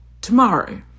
tomorrow